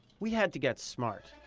we had to get smart,